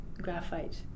graphite